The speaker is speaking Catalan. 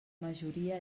majoria